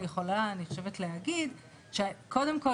אני יכולה אני חושבת להגיד שקודם כל,